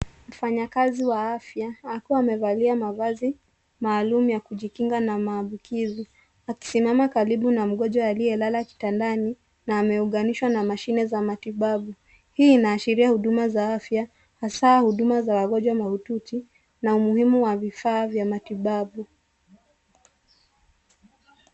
Mfanyakazi wa afya akiwa amevalia mavazi maalum ya kujikinga na maambukizi akisimama karibu na mgonjwa aliyelala kitandani na ameunganishwa na mashine za matibabu. Hii inaashiria huduma za afya hasa huduma za wagonjwa mahututi na umuhimu wa vifaa vya matibabu.